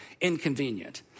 inconvenient